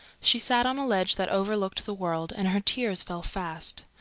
she sat on a ledge that overlooked the world, and her tears fell fast.